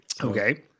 Okay